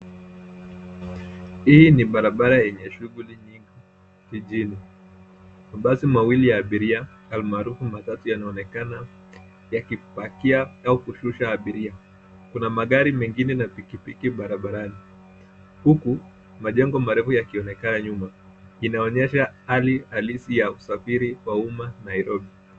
Hii ni barabara yenye shughuli nyingi mijini. Mabasi mawili ya abiria almaarufu matatu yanaonekana yakipakia au kushusha abiria. Kuna magari mengine na pikipiki barabarani huku majengo marefu yakionekana nyuma. Inaonyesha hali halisi ya usafiri wa umma Nairobi.